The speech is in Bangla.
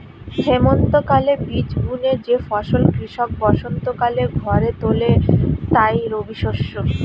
হেমন্তকালে বীজ বুনে যে ফসল কৃষক বসন্তকালে ঘরে তোলে তাই রবিশস্য